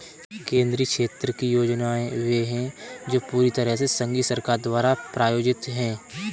केंद्रीय क्षेत्र की योजनाएं वे है जो पूरी तरह से संघीय सरकार द्वारा प्रायोजित है